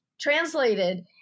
translated